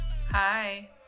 hi